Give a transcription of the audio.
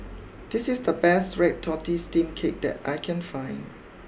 this is the best Red Tortoise Steamed Cake that I can find